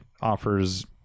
offers